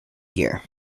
here